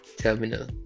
terminal